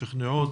משכנעות.